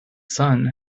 sun